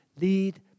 lead